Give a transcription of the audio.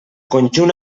conjunt